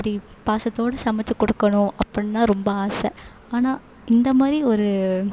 அப்படி பாசத்தோடு சமைச்சு கொடுக்கணும் அப்படின்னா ரொம்ப ஆசை ஆனால் இந்த மாதிரி ஒரு